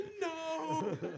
No